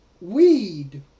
Weed